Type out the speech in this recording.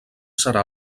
serà